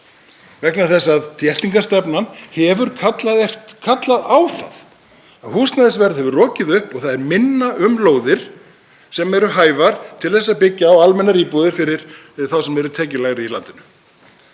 vegna þess að þéttingarstefnan hefur kallað á það. Húsnæðisverð hefur rokið upp og það er minna um lóðir sem eru hæfar til að byggja á almennar íbúðir fyrir þá sem eru tekjulægri í landinu.